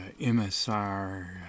MSR